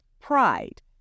pride